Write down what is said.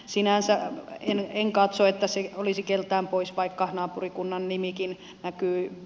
sinänsä en katso että se olisi keltään pois vaikka naapurikunnankin nimi näkyy